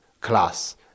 class